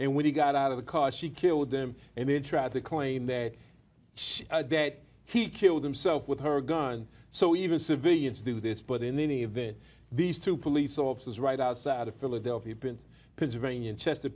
and when he got out of the car she killed them and then try to claim that she that he killed himself with her gun so even civilians do this but in any event these two police officers right outside of philadelphia prince prince very in chester